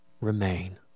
remain